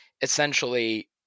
essentially